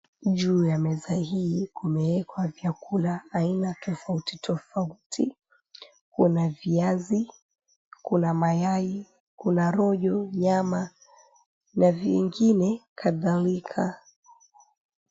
Juu ya meza hii, kumewekwa vyakula aina tofauti tofauti. Kuna viazi, kuna mayai, kuna rojo, nyama na vingine kadhalika.